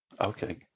Okay